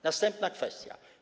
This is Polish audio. Następna kwestia.